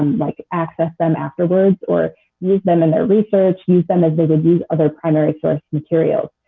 like access them afterwards or use them in their research, use them as they would use other primary source materials.